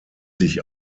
sich